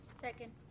Second